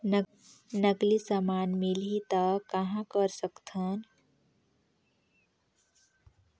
नकली समान मिलही त कहां कर सकथन?